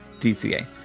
DCA